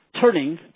Turning